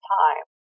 time